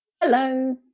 Hello